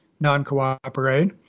non-cooperate